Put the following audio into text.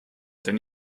denn